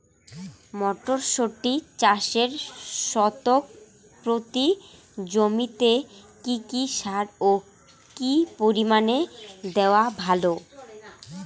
মটরশুটি চাষে শতক প্রতি জমিতে কী কী সার ও কী পরিমাণে দেওয়া ভালো?